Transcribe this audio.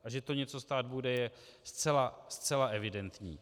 A že to něco stát bude, je zcela, zcela evidentní.